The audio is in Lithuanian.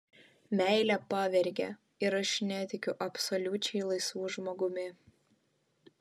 meilė pavergia ir aš netikiu absoliučiai laisvu žmogumi